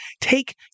take